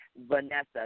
Vanessa